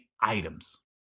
items